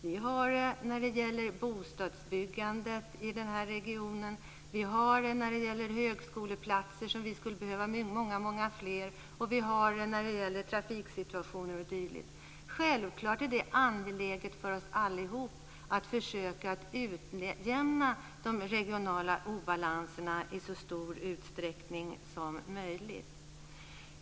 Vi har det när det gäller bostadsbyggandet i den här regionen, när det gäller högskoleplatser - som vi skulle behöva många fler av - och vi har det när det gäller trafiksituationen o.d. Det är självfallet angeläget för oss allihop att försöka utjämna de regionala obalanserna i så stor utsträckning som möjligt.